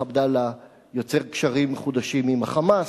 עבדאללה יוצר קשרים מחודשים עם ה"חמאס",